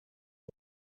und